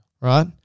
right